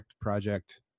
project